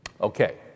Okay